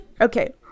Okay